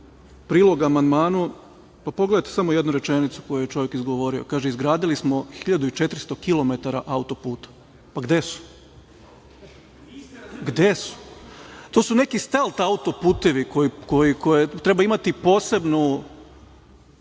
prilog amandmanu, pogledajte samo jednu rečenicu koju je čovek izgovorio, kaže – izgradili smo 1.400 kilometara autoputa. Pa, gde su? To su neki stelt autoputevi, treba imati posebnu